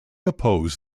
opposed